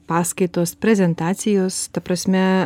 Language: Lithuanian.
paskaitos prezentacijos ta prasme